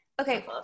okay